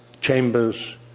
chambers